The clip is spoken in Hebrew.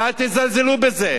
ואל תזלזלו בזה,